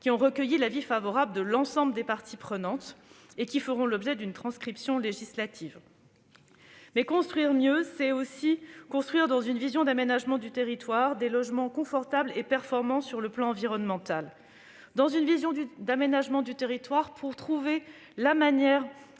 ont recueilli l'avis favorable de l'ensemble des parties prenantes et feront l'objet d'une transcription législative. Mais construire mieux, c'est aussi construire, dans une vision d'aménagement du territoire, des logements confortables et performants sur le plan environnemental. Pour favoriser l'aménagement du territoire, il faut trouver la manière